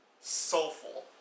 soulful